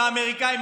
מהאמריקאים,